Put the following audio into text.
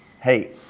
hey